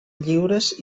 lliures